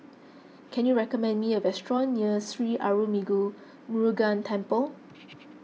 can you recommend me a restaurant near Sri Arulmigu Murugan Temple